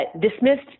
dismissed